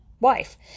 wife